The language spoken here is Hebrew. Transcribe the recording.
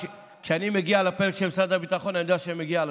כשאני מגיע לפרק של משרד הביטחון אני יודע שאני מגיע לסוף,